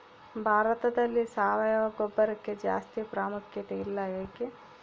ಭಾರತದಲ್ಲಿ ಸಾವಯವ ಗೊಬ್ಬರಕ್ಕೆ ಜಾಸ್ತಿ ಪ್ರಾಮುಖ್ಯತೆ ಇಲ್ಲ ಯಾಕೆ?